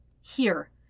Here